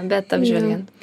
bet apžvelgiant